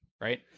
right